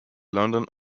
london